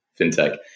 fintech